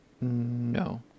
No